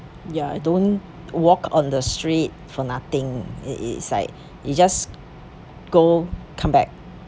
ya I don't walk on the street for nothing it it's like it just go come back